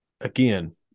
again